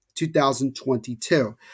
2022